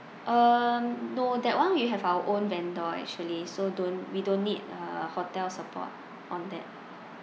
um no that [one] we have our own vendor actually so don't we don't need uh hotel support on that